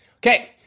Okay